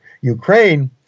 Ukraine